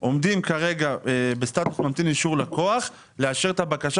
עומדים כרגע בסטטוס 'ממתין לאישור לקוח' לאשר את הבקשה